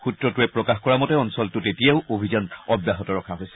সূত্ৰটোৱে প্ৰকাশ কৰা মতে অঞ্চলটোত এতিয়াও অভিযান অব্যাহত ৰখা হৈছে